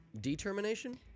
Determination